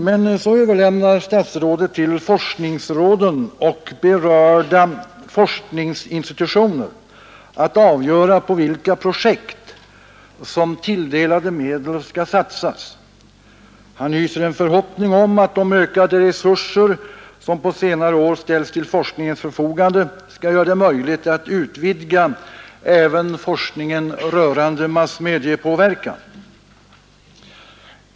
Men så överlämnar statsrådet till ”forskningsråden och berörda forskningsinstitutioner att avgöra på vilka projekt som tilldelade medel skall satsas”. Han hyser en förhoppning om att ”de ökade resurser som på senare år ställts till forskningens förfogande skall göra det möjligt att utvidga även forskningen rörande massmediepåverkan”.